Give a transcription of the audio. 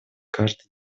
каждый